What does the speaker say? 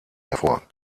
hervor